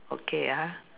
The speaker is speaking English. okay ah